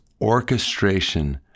orchestration